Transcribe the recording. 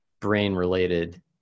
brain-related